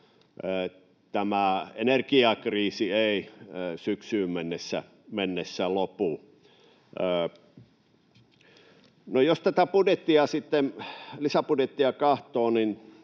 Tämä energiakriisi ei syksyyn mennessä lopu. No, jos tätä lisäbudjettia sitten